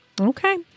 Okay